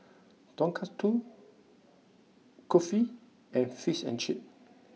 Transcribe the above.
Tonkatsu Kulfi and Fish and Chips